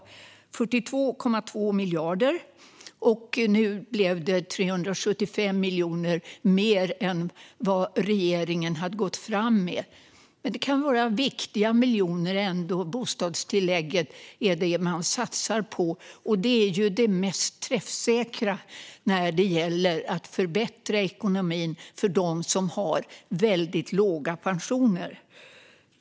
Det omfattar 42,2 miljarder. Nu blev det 375 miljoner mer än vad regeringen hade gått fram med, men det kan vara viktiga miljoner ändå. Bostadstillägget är det man satsar på. Det är ju det mest träffsäkra när det gäller att förbättra ekonomin för dem som har väldigt låga pensioner.